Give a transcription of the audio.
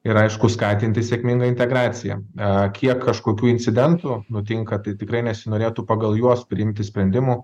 ir aišku skatinti sėkmingą integraciją kiek kažkokių incidentų nutinka tai tikrai nesinorėtų pagal juos priimti sprendimų